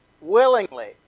willingly